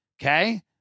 Okay